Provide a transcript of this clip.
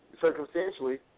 circumstantially